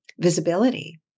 visibility